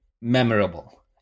memorable